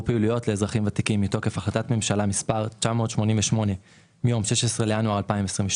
פעילויות לאזרחים ותיקים מתוקף החלטת ממשלה מספר 988 מיום 16 בינואר 2022,